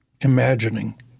imagining